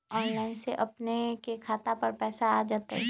Online से अपने के खाता पर पैसा आ तई?